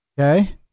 Okay